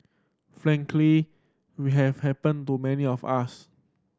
frankly we have happened to many of us